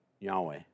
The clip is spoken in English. Yahweh